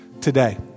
today